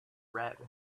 red